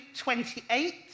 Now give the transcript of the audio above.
28